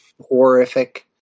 horrific